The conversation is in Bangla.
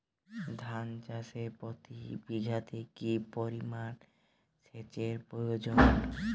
ধান চাষে প্রতি বিঘাতে কি পরিমান সেচের প্রয়োজন?